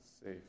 safe